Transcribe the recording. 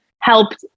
helped